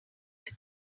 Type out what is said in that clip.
were